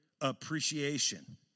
Appreciation